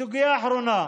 סוגיה אחרונה,